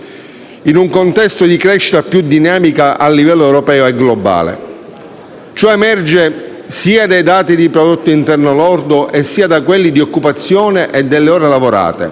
in un contesto di crescita più dinamica a livello europeo e globale. Ciò emerge sia dai dati di prodotto interno lordo sia da quelli di occupazione e ore lavorate.